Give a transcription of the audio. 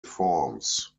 forms